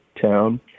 town